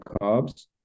carbs